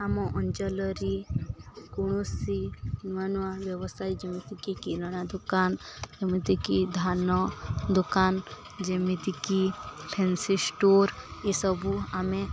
ଆମ ଅଞ୍ଚଳରେ କୌଣସି ନୂଆ ନୂଆ ବ୍ୟବସାୟୀ ଯେମିତିକି କିରଣା ଦୋକାନ ଯେମିତିକି ଧାନ ଦୋକାନ ଯେମିତିକି ଫ୍ୟାନ୍ସି ଷ୍ଟୋର୍ ଏସବୁ ଆମେ